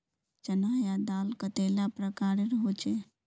चना या दाल कतेला प्रकारेर होचे?